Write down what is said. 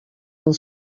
del